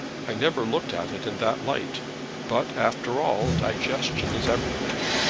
i never looked at it in that light but, after all, digestion is everything.